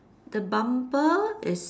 the bumper is